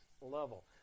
level